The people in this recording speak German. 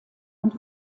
und